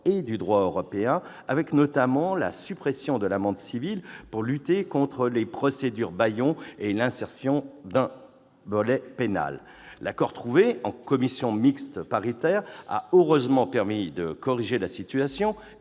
et du droit européen, avec notamment la suppression de l'amende civile pour lutter contre les « procédures bâillons » et l'insertion d'un volet pénal. L'accord trouvé en commission mixte paritaire a heureusement permis de corriger ces évolutions.